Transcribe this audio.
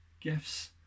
gifts